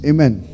Amen